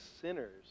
sinners